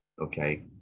okay